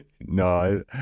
No